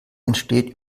entsteht